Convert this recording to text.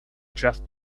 just